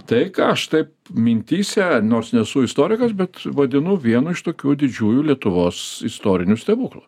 tai ką aš taip mintyse nors nesu istorikas bet vadinu vienu iš tokių didžiųjų lietuvos istorinių stebuklų